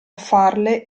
farle